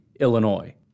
Illinois